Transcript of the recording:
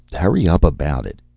hurry up about it,